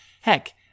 Heck